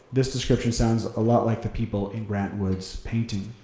this description sounds a lot like the people in grant wood's painting.